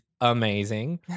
amazing